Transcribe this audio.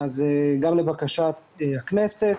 גם לבקשת הכנסת,